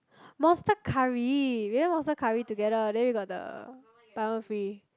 monster curry we went monster curry together then we got the buy one free